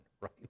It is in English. right